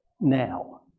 now